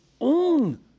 own